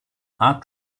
hard